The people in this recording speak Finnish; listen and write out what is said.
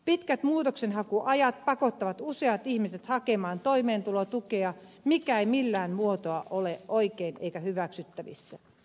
pitkät muutoksenhakuajat pakottavat useat ihmiset hakemaan toimeentulotukea mikä ei millään muotoa ole oikein eikä hyväksyttävissä